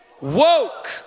woke